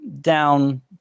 down